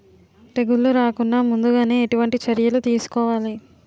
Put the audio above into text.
తెగుళ్ల రాకుండ ముందుగానే ఎటువంటి చర్యలు తీసుకోవాలి?